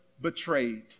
betrayed